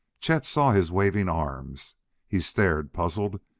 chet saw his waving arms he stared, puzzled,